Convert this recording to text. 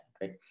right